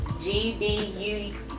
G-B-U-